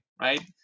right